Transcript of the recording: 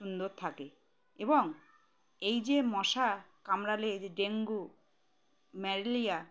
সুন্দর থাকে এবং এই যে মশা কামড়ালে যে ডেঙ্গু ম্যালেরিয়া